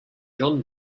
john